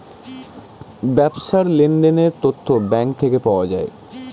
ব্যবসার লেনদেনের তথ্য ব্যাঙ্ক থেকে পাওয়া যায়